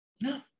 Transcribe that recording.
No